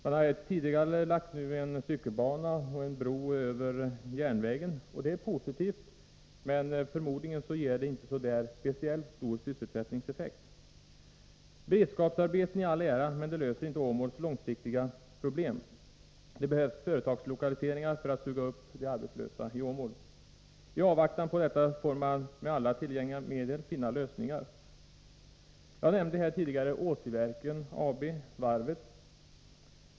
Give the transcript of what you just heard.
Man har tidigare lagt en cykelbana och en bro över järnvägen. Det är positivt, men förmodligen ger det inte så där speciellt stor sysselsättningseffekt. Beredskapsarbeten i all ära, men de löser inte Åmåls långsiktiga problem. Det behövs företagslokaliseringar för att suga upp de arbetslösa i Åmål. I avvaktan på detta får man med alla tillgängliga medel försöka finna lösningar. Jag nämnde här tidigare Åsiverken AB — varvet.